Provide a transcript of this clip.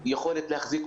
נוציא הודעות מסודרות,